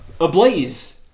ablaze